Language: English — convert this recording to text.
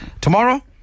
Tomorrow